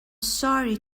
sorry